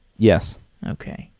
yes okay.